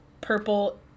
purple